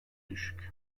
düşük